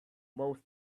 most